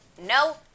No